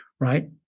right